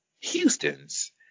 Houston's